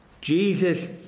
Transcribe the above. Jesus